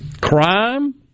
crime